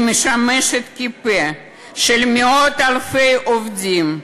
אני משמשת פה למאות-אלפי עובדים,